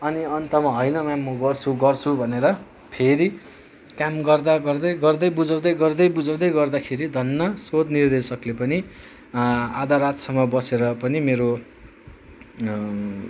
अनि अन्तमा होइन म्याम म गर्छु गर्छु भनेर फेरि काम गर्दा गर्दै गर्दै बुझाउँदै गर्दै बुझाउँदै गर्दाखेरि धन्न शोध निर्देशकले पनि आधा रातसम्म बसेर पनि मेरो